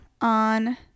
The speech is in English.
on